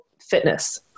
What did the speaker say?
fitness